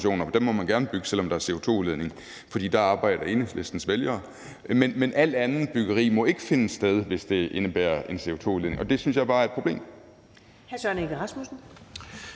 dem må man gerne bygge, selv om der også er CO2-udledning forbundet med det, for dér arbejder Enhedslistens vælgere. Men alt andet byggeri må ikke finde sted, hvis det indebærer en CO2-udledning – og det synes jeg bare er et problem.